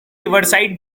riverside